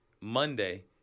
Monday –